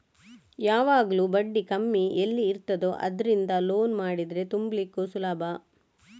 ಯಾವಾಗ್ಲೂ ಬಡ್ಡಿ ಕಮ್ಮಿ ಎಲ್ಲಿ ಇರ್ತದೋ ಅದ್ರಿಂದ ಲೋನ್ ಮಾಡಿದ್ರೆ ತುಂಬ್ಲಿಕ್ಕು ಸುಲಭ